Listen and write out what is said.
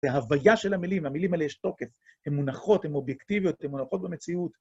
וההוויה של המילים, והמילים האלה יש תוקף, הן מונחות, הן אובייקטיביות, הן מונחות במציאות.